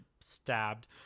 stabbed